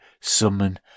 summon